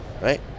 right